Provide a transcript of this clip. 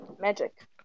magic